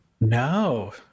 No